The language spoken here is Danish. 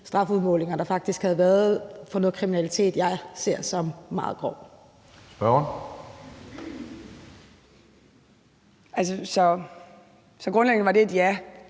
strafudmålinger, der faktisk havde været for noget kriminalitet, jeg ser som meget grov. Kl. 11:56 Tredje